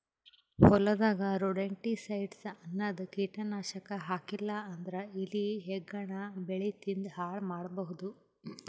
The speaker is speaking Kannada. ಹೊಲದಾಗ್ ರೊಡೆಂಟಿಸೈಡ್ಸ್ ಅನ್ನದ್ ಕೀಟನಾಶಕ್ ಹಾಕ್ಲಿಲ್ಲಾ ಅಂದ್ರ ಇಲಿ ಹೆಗ್ಗಣ ಬೆಳಿ ತಿಂದ್ ಹಾಳ್ ಮಾಡಬಹುದ್